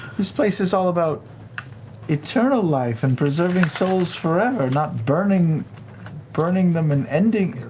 this place is all about eternal life and preserving souls forever, not burning burning them and ending